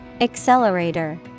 Accelerator